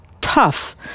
tough